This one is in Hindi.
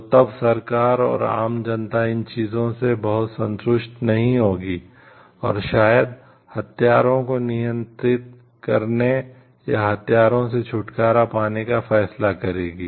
तो तब सरकार और आम जनता इन चीजों से बहुत संतुष्ट नहीं होगी और शायद हथियारों को नियंत्रित करने या हथियारों से छुटकारा पाने का फैसला करेगी